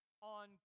on